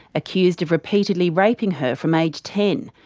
accused of repeatedly raping her from age ten.